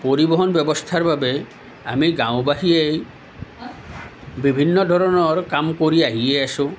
পৰিবহণ ব্যৱস্থাৰ বাবে আমি গাঁওবাসীয়ে বিভিন্ন ধৰণৰ কাম কৰি আহিয়ে আছোঁ